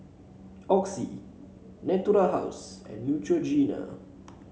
Oxy Natura House and Neutrogena